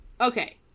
okay